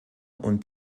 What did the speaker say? und